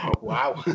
Wow